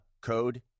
code